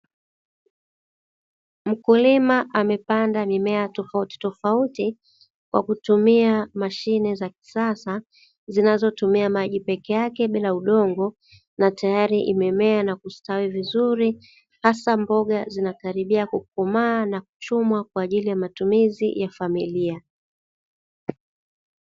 Mkulima amepanda mimea tofautitofauti, kwa kutumia mashine za kisasa, zinazotumia maji peke yake bila udongo, na tayari imemea na kustawi vizuri, hasa mboga zinakaribia kukomaa na kuchumwa kwa ajili ya matumizi ya familia.